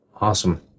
Awesome